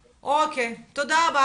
אוקיי, תודה רבה.